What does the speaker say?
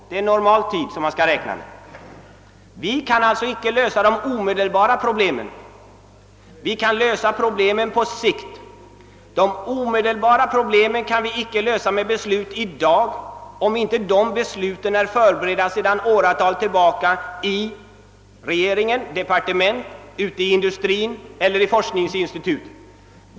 Det är den normala tid man bör räkna med. Vi kan lösa problemen på sikt, men problem som fordrar omedelbar lösning kan vi inte klara genom beslut i dag, om inte besluten är förberedda sedan åratal tillbaka i regering, departement, industri och forskningsinstitut.